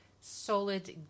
solid